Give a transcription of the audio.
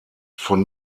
von